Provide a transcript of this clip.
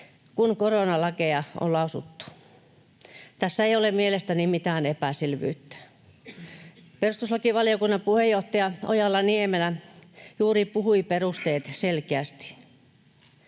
kun koronalakeja on lausuttu. Tässä ei ole mielestäni mitään epäselvyyttä. Perustuslakivaliokunnan puheenjohtaja Ojala-Niemelä juuri puhui perusteet selkeästi.